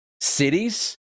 cities